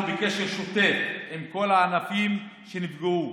אנחנו בקשר שוטף עם כל הענפים שנפגעו,